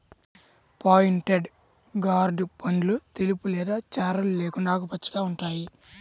pointed gourd పండ్లు తెలుపు లేదా చారలు లేకుండా ఆకుపచ్చగా ఉంటాయి